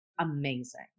amazing